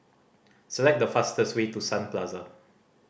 select the fastest way to Sun Plaza